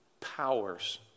powers